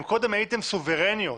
אם קודם הייתן סוברניות,